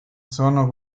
sono